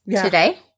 today